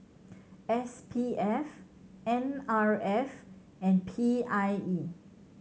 S P F N R F and P I E